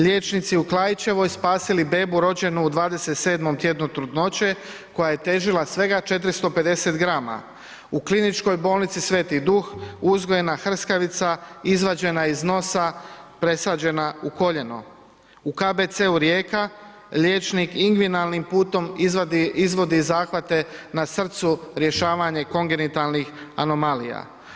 Liječnici u Klaićevoj spasili bebu rođenu u 27. tjednu trudnoće koja je težila svega 450 grama, u KBC-u Sv. Duh uzgojena hrskavica izvađena iz nosa, presađena u koljeno, u KBC-u Rijeka liječnik ingvinalnim putem izvadi zahvate na srcu rješavanje kongenitalnih anomalija.